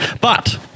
But-